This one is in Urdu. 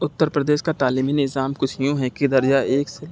اتر پردیش کا تعلیمی نظام کچھ یوں ہے کہ درجہ ایک سے